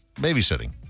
babysitting